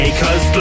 cause